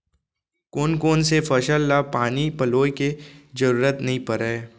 कोन कोन से फसल ला पानी पलोय के जरूरत नई परय?